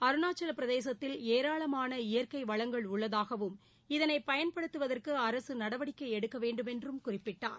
அருணாச்சல பிரதேசத்தில் ஏராளமாள இயற்கை வளங்கள் உள்ளதாகவும் இதளை பயன்படுத்துவதற்கு அரசு நடவடிக்கை எடுக்கவேண்டும் என்றும் அவர் குறிப்பிட்டார்